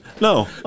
No